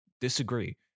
Disagree